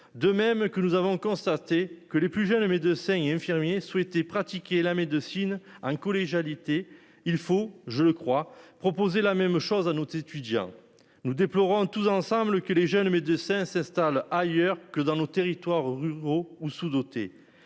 de même que nous avons constaté que les plus jeunes médecins et infirmiers souhaitez pratiquer la médecine hein collégialité il faut je le crois, proposer la même chose à un autre étudiant nous déplorons tous ensemble que les jeunes médecins s'installent ailleurs que dans nos territoires ruraux ou sous-.